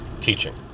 teaching